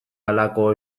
halako